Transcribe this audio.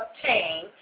obtain